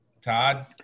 Todd